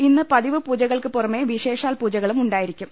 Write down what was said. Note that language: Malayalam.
ഇന്ന് പതിവ് പൂജകൾക്ക് പുറമെ വിശേ ഷാൽ പൂജകളും ഉണ്ടായിരിക്കും